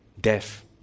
death